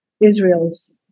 Israel's